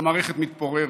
המערכת מתפוררת.